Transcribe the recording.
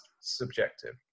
subjective